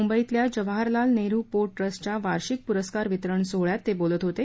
मुंबईतल्या Jawaharlal Nehru port trust च्या वार्षिक पुरस्कार वितरण सोहळ्यात ते बोलत होते